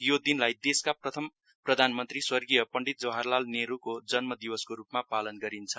यो दिनलाई देशका प्रथम प्रधान मन्त्री स्वर्गीय पण्डीत जवाहरलाल नेहरुको जन्म दिवसको रुपमा पालन गरिन्छ